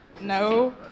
No